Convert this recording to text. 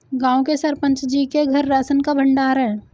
गांव के सरपंच जी के घर राशन का भंडार है